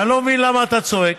ואני לא מבין למה אתה צועק.